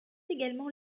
également